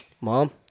Mom